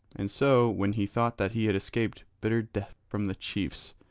and so, when he thought that he had escaped bitter death from the chiefs,